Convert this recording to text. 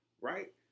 Right